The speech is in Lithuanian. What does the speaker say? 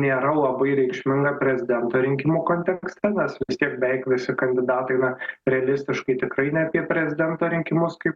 nėra labai reikšminga prezidento rinkimų kontekste mes vis tiek beveik visi kandidatai na realistiškai tikrai ne apie prezidento rinkimus kaip